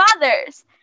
fathers